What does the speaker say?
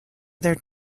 their